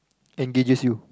engages you